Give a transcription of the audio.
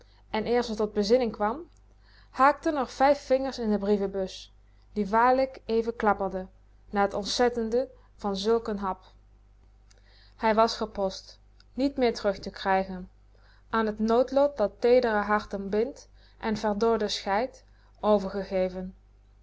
en eer ze tot bezinnning kwam haakten r vijf vingers in de brievenbus die waarlijk even klapperde na t ontzettende van zulk n hap hij was gepost niet meer terug te krijgen aan t noodlot dat teedere harten bindt en verdorde scheidt overgegeven